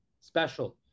special